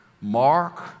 Mark